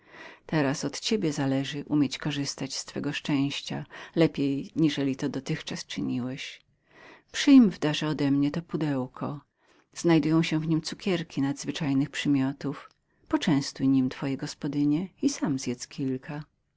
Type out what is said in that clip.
teraz od ciebie zależy umieć korzystać z twego szczęścia lepiej niżeli to dotychczas uczyniłeś przyjm w darze odemnie to pudełko znajdują się w niem cukierki nadzwyczajnych przymiotów poczęstuj niemi twoje gospodynie i sam zjedz kilka